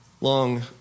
long